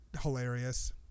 hilarious